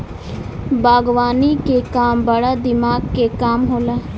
बागवानी के काम बड़ा दिमाग के काम होला